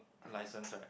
license right